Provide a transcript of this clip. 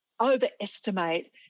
overestimate